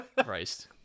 Christ